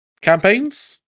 Campaigns